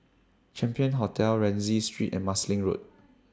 Champion Hotel Rienzi Street and Marsiling Road